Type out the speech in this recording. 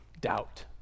Doubt